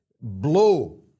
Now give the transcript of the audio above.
blow